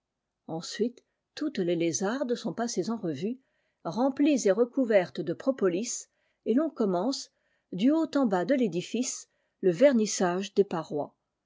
ensuite toutes les lézardes sont passées en revue remplies et recouvertes de propolis et ton commence du haut en bas de tédifice le vernissage des parois